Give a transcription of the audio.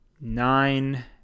nine